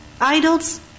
Idols